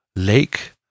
lake